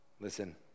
Listen